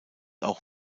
auch